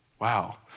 Wow